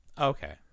okay